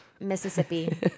Mississippi